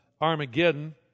Armageddon